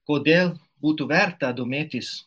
kodėl būtų verta domėtis